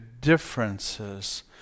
differences